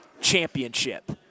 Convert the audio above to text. championship